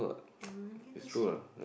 oh ya that's true